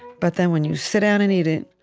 but then, when you sit down and eat it,